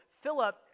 Philip